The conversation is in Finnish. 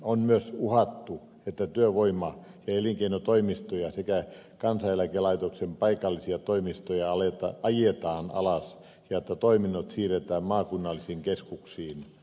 on myös uhattu että työvoima ja elinkeinotoimistoja sekä kansaneläkelaitoksen paikallisia toimistoja ajetaan alas ja että toiminnot siirretään maakunnallisiin keskuksiin